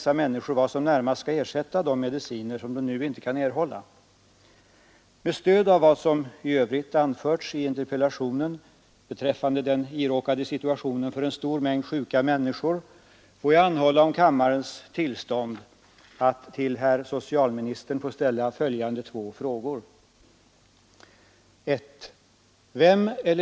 Dessa människor har enligt ett flertal uppgifter övergått från tidigare behandling med olika syntetiska preparat — i många fall med kraftiga biverkanseffekter — till dessa biologiska preparat. Om bättringseffekterna är av fysisk eller psykologisk art skall inte diskuteras här. Av många skäl 79 kan dock antagas att ifrågavarande substanser är ofarliga för patienten. De förskrivs bl.a. av ett antal legitimerade läkare. Många människor ser kanske just dessa mediciner som sitt enda — och kanske sista — hopp om lindring och eventuell bot av sin sjukdom. Frågan är för dessa människor vad som närmast skall ersätta de mediciner som de nu inte kan erhålla.